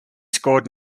scored